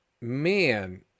Man